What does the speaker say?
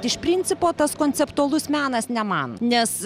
iš principo tas konceptualus menas ne man nes